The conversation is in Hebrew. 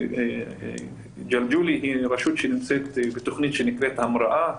ג'לג'וליה נמצאת בתוכנית שנקראת המראה,